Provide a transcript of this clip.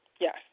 Yes